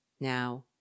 Now